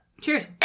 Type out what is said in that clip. Cheers